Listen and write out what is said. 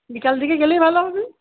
বিকালের দিকে গেলেই ভালো হবে